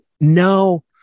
No